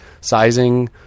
sizing